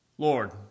Lord